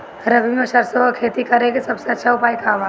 रबी में सरसो के खेती करे के सबसे अच्छा उपाय का बा?